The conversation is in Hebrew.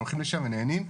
הם הולכים לשם ונהנים.